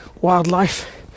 wildlife